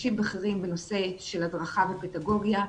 אנשים בכירים בנושא של הדרכה ופדגוגיה.